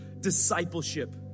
discipleship